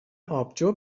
آبجو